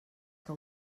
que